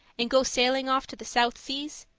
and go sailing off to the south seas?